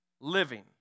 living